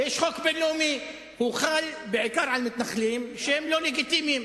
יש חוק בין-לאומי שחל בעיקר על מתנחלים שהם לא לגיטימיים.